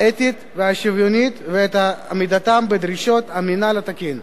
האתית והשוויונית ואת עמידתם בדרישות המינהל התקין,